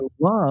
love